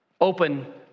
Open